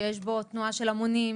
שיש בו תנועה של המונים.